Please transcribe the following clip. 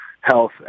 health